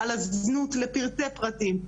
על הזנות לפרטי פרטים,